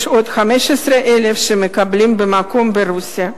יש עוד 15,000 שמקבלים במקום, ברוסיה.